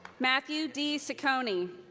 matthew d. ciccone.